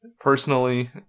personally